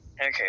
Okay